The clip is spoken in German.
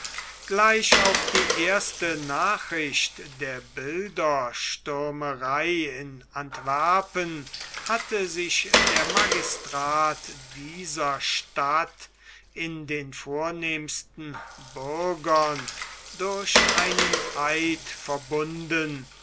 gleich auf die erste nachricht der bilderstürmerei in antwerpen hatte sich der magistrat dieser stadt mit den vornehmsten bürgern durch einen eid verbunden